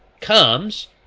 comes